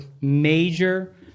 major